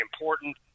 important